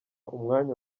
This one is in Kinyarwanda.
umwanya